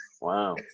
Wow